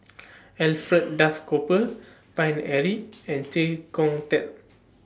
Alfred Duff Cooper Paine Eric and Chee Kong Tet